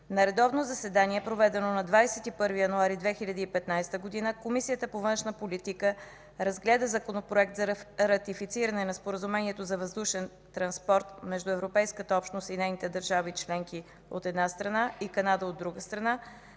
На редовно заседание, проведено на 21 януари 2015 г., Комисията по външна политика разгледа Законопроект за ратифициране на Споразумението за въздушен транспорт между Европейската общност и нейните държави членки, от една страна, и Канада, от друга страна,